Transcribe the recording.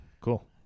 Cool